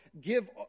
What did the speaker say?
Give